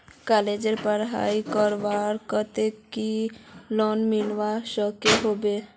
कॉलेजेर पढ़ाई करवार केते कोई लोन मिलवा सकोहो होबे?